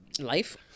Life